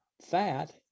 fat